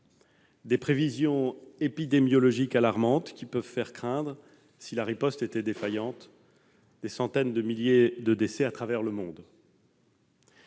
des prévisions épidémiologiques alarmantes qui peuvent faire craindre, si la riposte était défaillante, des centaines de milliers de décès à travers le monde.